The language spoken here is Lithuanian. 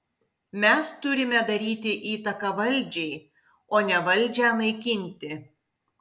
mes turime daryti įtaką valdžiai o ne valdžią naikinti